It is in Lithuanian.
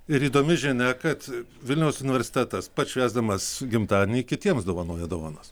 ir įdomi žinia kad vilniaus universitetas pats švęsdamas gimtadienį kitiems dovanoja dovanas